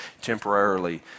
temporarily